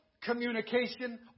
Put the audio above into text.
communication